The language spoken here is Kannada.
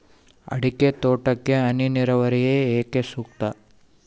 ಅಡಿಕೆ ತೋಟಕ್ಕೆ ಹನಿ ನೇರಾವರಿಯೇ ಏಕೆ ಸೂಕ್ತ?